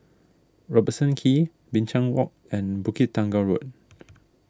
Robertson Quay Binchang Walk and Bukit Tunggal Road